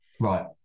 right